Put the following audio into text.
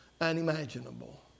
unimaginable